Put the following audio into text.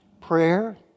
Prayer